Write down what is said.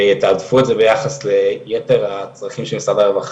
ויתעדפו את זה ביחס ליתר הצרכים של משרד הרווחה,